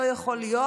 לא יכול להיות.